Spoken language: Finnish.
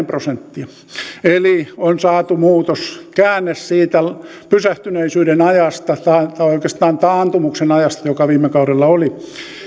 prosenttia eli on saatu käänne siitä pysähtyneisyyden tai oikeastaan taantumuksen ajasta joka viime kaudella oli